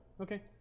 Okay